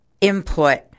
input